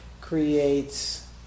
creates